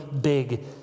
big